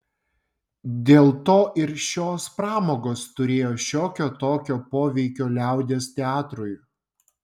dėl to ir šios pramogos turėjo šiokio tokio poveikio liaudies teatrui